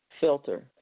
Filter